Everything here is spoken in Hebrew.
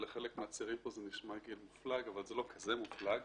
שלחלק מהצעירים פה זה נשמע גיל מופלג אבל זה לא כזה מופלג.